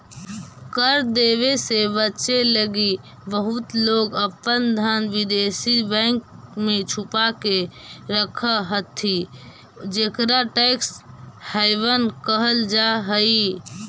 कर देवे से बचे लगी बहुत लोग अपन धन विदेशी बैंक में छुपा के रखऽ हथि जेकरा टैक्स हैवन कहल जा हई